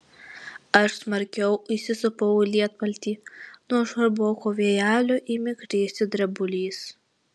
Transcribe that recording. aš smarkiau įsisupau į lietpaltį nuo žvarboko vėjelio ėmė krėsti drebulys